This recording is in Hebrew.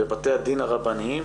בבתי הדין הרבניים